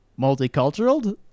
multicultural